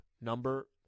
number